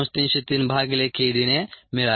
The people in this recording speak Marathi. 303 भागीले k d ने मिळाले